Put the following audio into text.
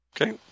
Okay